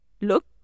Look